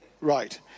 Right